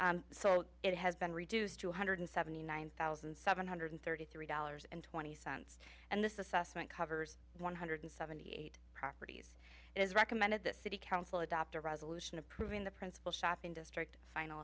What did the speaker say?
me so it has been reduced to one hundred seventy nine thousand seven hundred thirty three dollars and twenty cents and this assessment covers one hundred seventy eight properties it is recommended that city council adopt a resolution approving the principal shopping district final